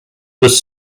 was